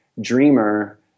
dreamer